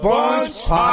Bunch